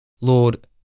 Lord